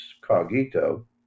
Cogito